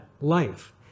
life